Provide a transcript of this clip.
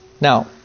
Now